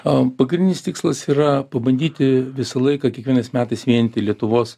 am pagrindinis tikslas yra pabandyti visą laiką kiekvienais metais vienyti lietuvos